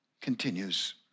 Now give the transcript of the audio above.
Continues